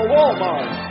Walmart